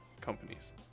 companies